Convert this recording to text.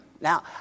Now